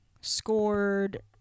scored